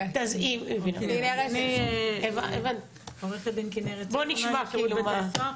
אני עו"ד כנרת צוקרמן משירות בתי הסוהר.